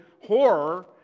horror